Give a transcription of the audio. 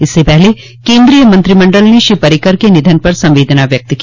इससे पहले केन्द्रीय मंत्रिमंडल ने श्री पर्रिकर के निधन पर संवेदना व्यक्त की